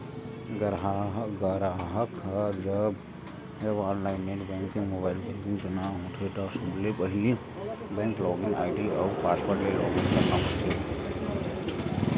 गराहक जब online net banking, mobile banking चलाना होथे त सबले पहिली बेंक लॉगिन आईडी अउ पासवर्ड ले लॉगिन करना होथे